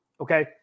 Okay